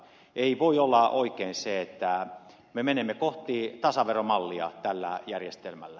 ei voi olla oikein se että me menemme kohti tasaveromallia tällä järjestelmällä